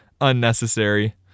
unnecessary